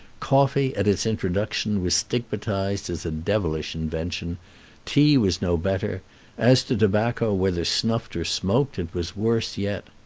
coffee at its introduction was stigmatized as a devilish invention tea was no better as to tobacco, whether snuffed or smoked, it was worse yet.